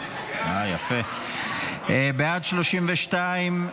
בעד, 32,